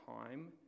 time